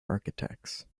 architects